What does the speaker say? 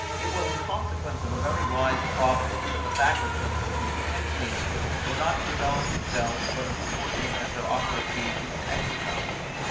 it was in consequence of a very wise providence, that the faculties, which he potentially enjoyed, were not to develop themselves but in proportion as there offered occasions to exercise them,